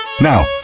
Now